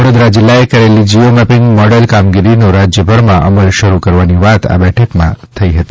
વડોદરા જિલ્લાએ કરલી geomapping model કામગીરીનો રાજ્યભરમાં અમલ શરૂ કરવાની વાત આ બેઠક માં થઈ હતી